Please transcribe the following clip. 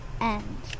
End